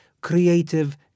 creative